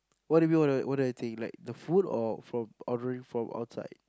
what do you mean what do I think like the food or from ordering from outside